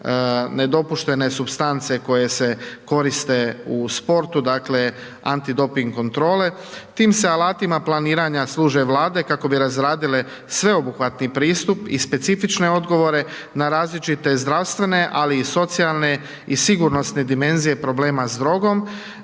nedopuštene supstance koje se koriste u sportu. Dakle, antidoping kontrole. Tim se alatima planiranja službe vlade kako bi razradile sveobuhvatni pristup i specifične odgovore na različite zdravstvene ali i socijalne i sigurnosne dimenzije problema s drogom.